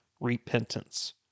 repentance